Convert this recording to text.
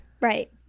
Right